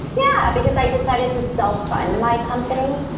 yeah. because i decided to self-fund my company.